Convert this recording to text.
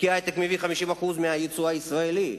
כי ההיי-טק מביא 50% מהיצוא הישראלי,